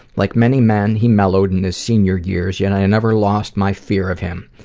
like many men, he mellowed in his senior years, yet i never lost my fear of him.